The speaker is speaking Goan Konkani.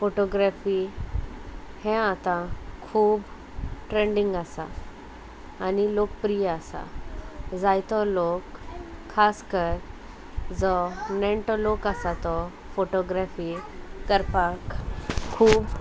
फोटोग्रेफी हें आतां खूब ट्रेंडींग आसा आनी लोकप्रीय आसा जायतो लोक खास कर जो नेण्टो लोक आसा तो फोटोग्रॅफी करपाक खूब